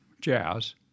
jazz